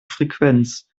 frequenz